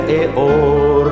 eor